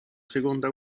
seconda